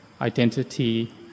identity